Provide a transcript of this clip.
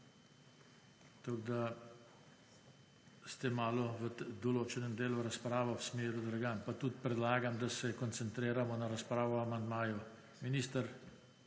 Tako, da ste malo v določenem delu razpravo usmerili drugam. Pa tudi predlagam, da se koncentriramo na razpravo o amandmaju. Minister,